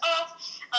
off